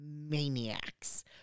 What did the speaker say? Maniacs